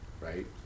right